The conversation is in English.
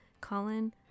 Colin